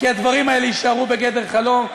כי הדברים האלה יישארו בגדר חלום.